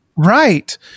Right